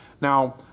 Now